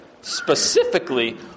specifically